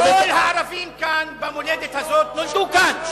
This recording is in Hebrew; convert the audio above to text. כל הערבים כאן במולדת הזאת נולדו כאן.